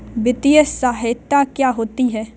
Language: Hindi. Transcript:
वित्तीय सहायता क्या होती है?